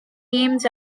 ames